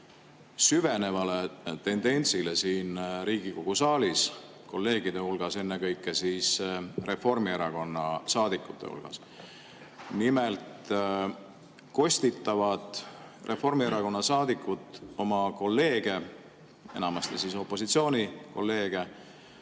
süvenevale tendentsile siin Riigikogu saalis kolleegide hulgas, ennekõike Reformierakonna saadikute hulgas. Nimelt kostitavad Reformierakonna saadikud oma kolleege, enamasti opositsiooni kolleege,